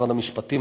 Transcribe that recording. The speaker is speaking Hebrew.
משרד המשפטים,